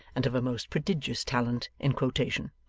and of a most prodigious talent in quotation.